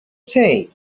say